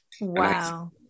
Wow